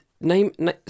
Name